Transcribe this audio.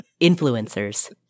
influencers